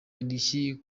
indishyi